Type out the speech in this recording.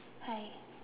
hi